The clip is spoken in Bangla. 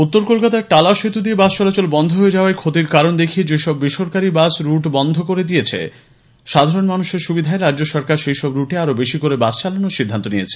উত্তর কলকাতার টালা সেতু দিয়ে বাস চলাচল বন্ধ হয়ে যাওয়ায় ক্ষতির কারণ দেখিয়ে যে সব বেসরকারি বাস রুটবন্ধ করে দেওয়া হয়েছে সাধারণ মানুষের সুবিধায় রাজ্য সরকার সেই সব রুটে আরও বেশি করে বাস চালানোর সিদ্ধান্ত নিয়েছে